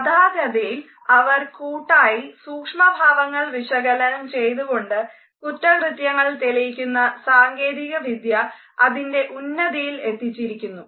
കഥാഗതിയിൽ അവർ കൂട്ടായി സൂക്ഷ്മഭാവങ്ങൾ വിശകലനം ചെയ്തുകൊണ്ട് കുറ്റകൃത്യങ്ങൾ തെളിയിക്കുന്ന സാങ്കേതിക വിദ്യ അതിൻ്റെ ഉന്നതിയിൽ എത്തിച്ചിരിക്കുന്നു